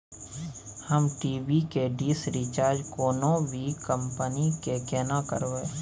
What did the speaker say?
हम टी.वी के dish recharge कोनो भी कंपनी के केना करबे?